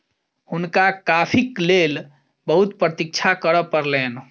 हुनका कॉफ़ीक लेल बहुत प्रतीक्षा करअ पड़लैन